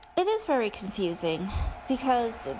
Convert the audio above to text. it is very confusing because,